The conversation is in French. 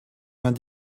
vingt